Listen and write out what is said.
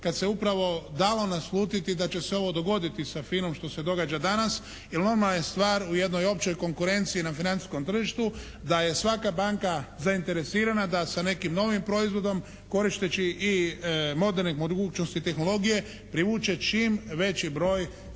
kada se upravo dalo naslutiti da će se ovo dogoditi sa FINA-om što se događa danas, jer … stvar u jednoj općoj konkurenciji na financijskom tržištu da je svaka banka zainteresirana da sa nekim novim proizvodom koristeći i moderne mogućnosti tehnologije privuče čim veći broj